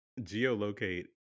geolocate